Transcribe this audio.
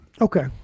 Okay